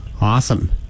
Awesome